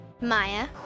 Maya